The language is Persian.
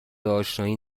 اشنایی